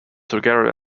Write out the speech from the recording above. together